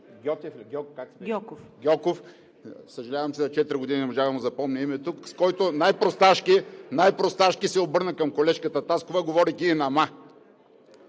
Гьоков, съжалявам, че за четири години не можах да му запомня името, с което най-просташки се обърна към колежката Таскова, говорейки ѝ на